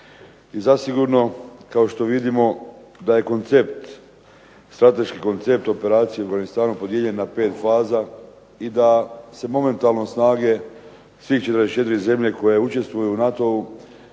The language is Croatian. I zasigurno, kao što vidimo, da je koncept, strateški koncept operacije u Afganistanu podijeljen na 5 faza i da se momentalno snage svih 44 zemlje koje učestvuju u NATO-u